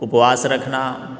उपवास रखना